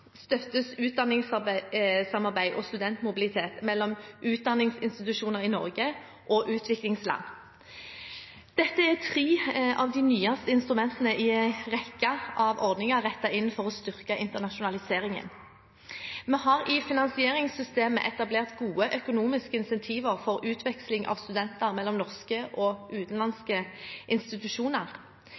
og studentmobilitet mellom utdanningsinstitusjoner i Norge og utviklingsland. Dette er tre av de nyeste instrumentene i en rekke av ordninger rettet inn for å styrke internasjonaliseringen. Vi har i finansieringssystemet etablert gode økonomiske insentiver for utveksling av studenter mellom norske og utenlandske institusjoner.